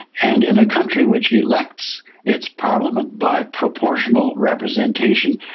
and in a country which elects its parliament by proportional representation,